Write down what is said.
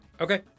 Okay